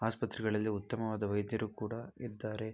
ಆಸ್ಪತ್ರೆಗಳಲ್ಲಿ ಉತ್ತಮವಾದ ವೈದ್ಯರು ಕೂಡ ಇದ್ದಾರೆ